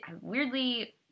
weirdly